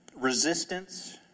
Resistance